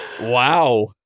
Wow